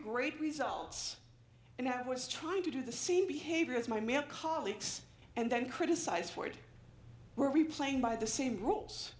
great results and i was trying to do the same behavior as my male colleagues and then criticize ford we're replaying by the same rules